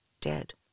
Dead